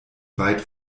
weit